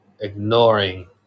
ignoring